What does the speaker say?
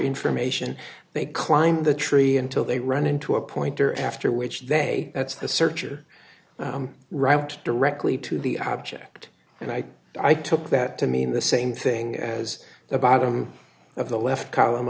information they climb the tree until they run into a pointer after which they say that's a search or route directly to the object and i i took that to mean the same thing as the bottom of the left column